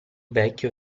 vecchio